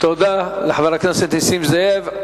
תודה לחבר הכנסת נסים זאב.